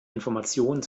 informationen